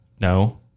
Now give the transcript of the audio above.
No